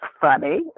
funny